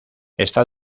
está